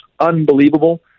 unbelievable